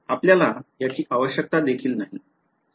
आपल्याला याची आवश्यकता देखील नाही